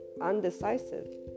undecisive